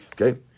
Okay